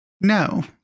No